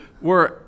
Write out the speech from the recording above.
We're-